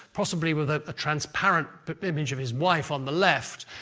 possibly with a ah transparent but image of his wife on the left,